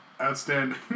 Outstanding